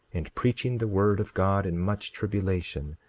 and preaching the word of god in much tribulation,